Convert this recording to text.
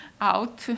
out